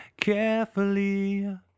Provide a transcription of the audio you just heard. carefully